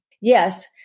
Yes